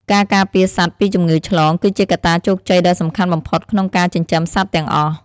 ការការពារសត្វពីជំងឺឆ្លងគឺជាកត្តាជោគជ័យដ៏សំខាន់បំផុតក្នុងការចិញ្ចឹមសត្វទាំងអស់។